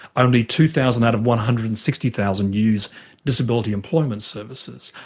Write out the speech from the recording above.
only two thousand out of one hundred and sixty thousand use disability employment services.